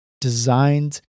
designed